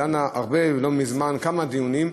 דנה הרבה היום, לא מזמן, כמה דיונים.